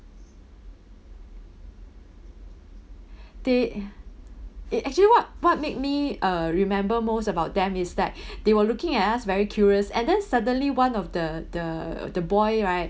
they it actually what what made me uh remember most about them is that they were looking at us very curious and then suddenly one of the the the boy right